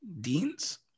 Deans